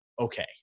okay